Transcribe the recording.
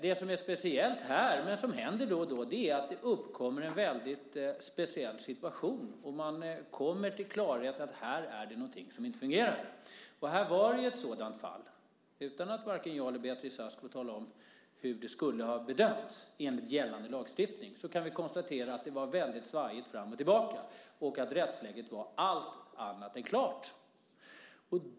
Det som nu är speciellt, men som då och då händer, är att det uppstått en mycket speciell situation, och man har kommit till klarhet om att det är någonting som inte fungerar. Detta är ett sådant fall. Utan att vare sig jag eller Beatrice Ask får tala om hur det enligt gällande lagstiftning skulle ha bedömts kan vi dock konstatera att det svajat ordentligt fram och tillbaka och att rättsläget varit allt annat än klart.